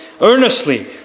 earnestly